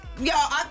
Y'all